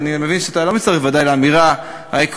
אני מבין שאתה לא מצטרף, ודאי, לאמירה העקרונית.